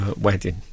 wedding